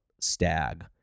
stag